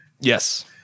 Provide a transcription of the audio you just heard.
Yes